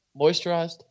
moisturized